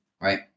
right